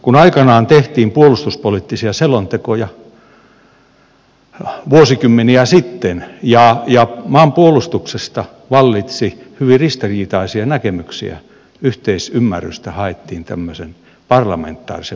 kun aikanaan tehtiin puolustuspoliittisia selontekoja vuosikymmeniä sitten ja maan puolustuksesta vallitsi hyvin ristiriitaisia näkemyksiä yhteisymmärrystä haettiin parlamentaarisen valmistelun pohjalta